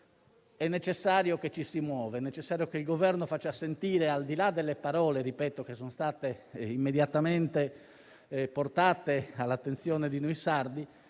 È necessario che ci si muova. È necessario che il Governo faccia sentire, al di là delle parole che - ripeto - sono state immediatamente portate all'attenzione di noi sardi,